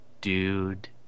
dude